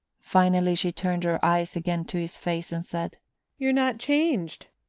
finally she turned her eyes again to his face and said you're not changed.